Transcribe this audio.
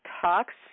talks